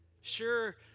Sure